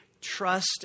trust